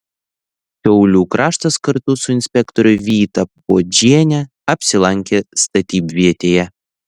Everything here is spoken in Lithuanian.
šiaulių kraštas kartu su inspektore vyta puodžiene apsilankė statybvietėje